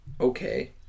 okay